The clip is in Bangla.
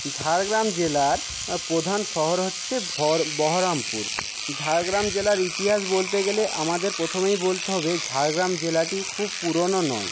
ঝাড়গ্রাম জেলার প্রধান শহর হচ্ছে বহরমপুর ঝাড়গ্রাম জেলার ইতিহাস বলতে গেলে আমাদের প্রথমেই বলতে হবে ঝাড়গ্রাম জেলাটি খুব পুরোনো নয়